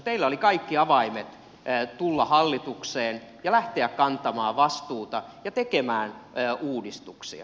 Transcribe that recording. teillä oli kaikki avaimet tulla hallitukseen ja lähteä kantamaan vastuuta ja tekemään uudistuksia